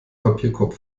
papierkorb